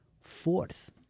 fourth